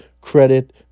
credit